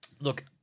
Look